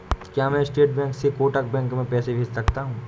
क्या मैं State Bank से कोटक बैंक में पैसे भेज सकता हूँ?